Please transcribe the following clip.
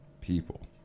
people